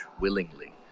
willingly